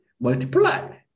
multiply